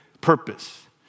purpose